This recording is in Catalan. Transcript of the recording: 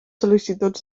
sol·licituds